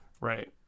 Right